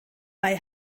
bei